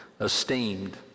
esteemed